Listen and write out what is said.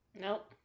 Nope